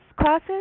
classes